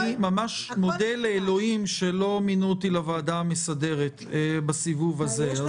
אני ממש מודה לאלוהים שלא מינו אותי לוועדה המסדרת בסיבוב הזה.